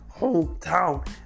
hometown